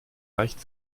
leicht